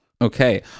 okay